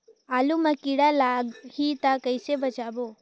आलू मां कीड़ा लाही ता कइसे बचाबो?